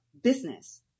business